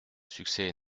succès